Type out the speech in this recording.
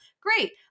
Great